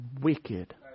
wicked